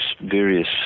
various